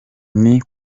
nti